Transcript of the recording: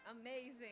Amazing